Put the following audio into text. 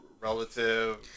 relative